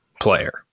player